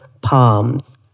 palms